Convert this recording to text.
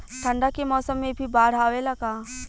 ठंडा के मौसम में भी बाढ़ आवेला का?